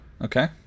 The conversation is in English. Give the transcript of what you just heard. Okay